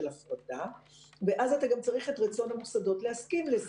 הפרדה ואז אתה גם צריך את רצון המוסדות להסכים לזה,